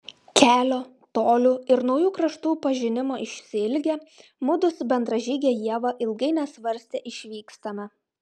kelio tolių ir naujų kraštų pažinimo išsiilgę mudu su bendražyge ieva ilgai nesvarstę išvykstame